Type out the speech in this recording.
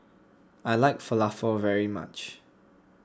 I like Falafel very much